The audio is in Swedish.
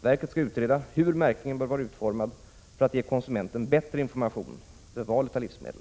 Verket skall utreda hur märkningen bör vara utformad för att ge konsumenten bättre information vid valet av livsmedel.